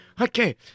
Okay